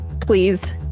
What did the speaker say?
Please